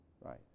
Right